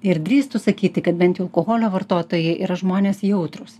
ir drįstu sakyti kad bent jau alkoholio vartotojai yra žmonės jautrūs